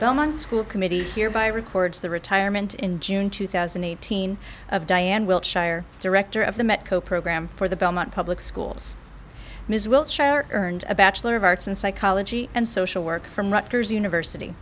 belmont school committee here by records the retirement in june two thousand and eighteen of diane wiltshire director of the met co program for the belmont public schools ms wiltshire earned a bachelor of arts and psychology and social work from rutgers university